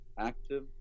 active